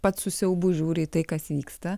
pats su siaubu žiūri į tai kas vyksta